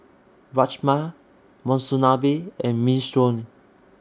Rajma Monsunabe and Minestrone